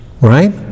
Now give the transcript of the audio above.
right